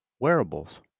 Wearables